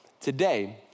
today